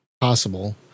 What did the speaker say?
possible